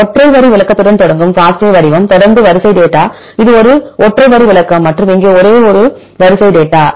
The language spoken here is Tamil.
ஒற்றை வரி விளக்கத்துடன் தொடங்கும் FASTA வடிவம் தொடர்ந்து வரிசை டேட்டா இது ஒரு ஒற்றை வரி விளக்கம் மற்றும் இங்கே இது ஒரு வரிசை டேட்டா